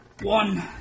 One